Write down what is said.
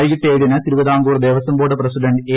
വൈകിട്ട് ഏഴിന് Thiruvithamkoor Devaswom board president A